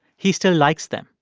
he still likes them.